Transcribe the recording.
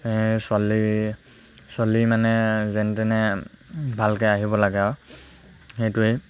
এই চলি চলি মানে যেনে তেনে ভালকৈ আহিব লাগে আৰু সেইটোৱেই